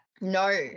no